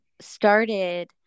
started